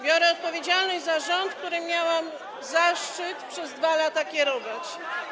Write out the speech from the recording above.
Biorę odpowiedzialność za rząd, którym miałam zaszczyt przez 2 lata kierować.